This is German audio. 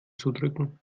zudrücken